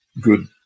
good